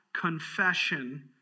confession